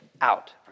out